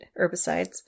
herbicides